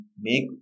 make